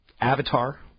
Avatar